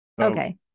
Okay